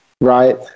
right